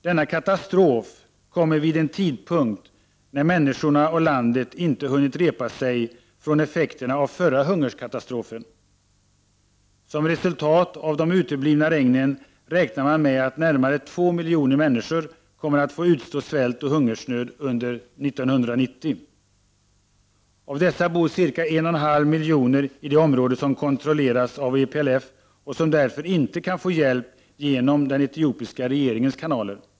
Denna katastrof kommer vid en tidpunkt när människorna och landet inte hunnit repa sig från effekterna av den förra hungerkatastrofen. Som ett resultat av de uteblivna regnen räknar man med att närmare två miljoner människor kommer att få utstå svält och hungersnöd under 1990. Av dessa bor ca 1,5 miljoner människor i det område som kontrolleras av EPLF och som därför inte kan få hjälp genom den etiopiska regeringens kanaler.